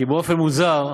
כי באופן מוזר,